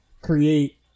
create